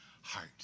heart